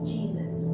Jesus